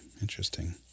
Interesting